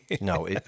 No